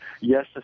Yes